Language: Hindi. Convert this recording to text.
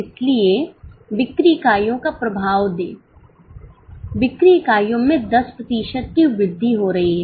इसलिए बिक्री इकाइयों का प्रभाव दें बिक्री इकाइयों में 10 प्रतिशत की वृद्धि हो रही है